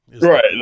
Right